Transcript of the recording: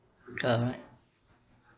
correct